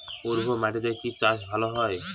উর্বর মাটিতে কি চাষ ভালো হয়?